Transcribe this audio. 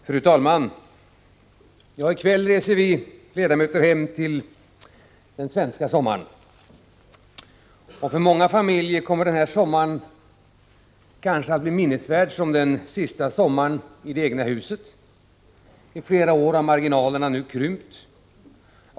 Fru talman! I kväll reser vi ledamöter hem till den svenska sommaren. För många familjer kommer den här sommaren kanske att bli minnesvärd som den sista sommaren i det egna huset. I flera år har marginalerna nu krymt.